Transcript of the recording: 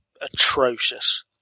atrocious